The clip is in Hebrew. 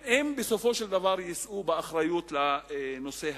בסופו של דבר הם יישאו באחריות לנושא הזה.